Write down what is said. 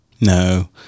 No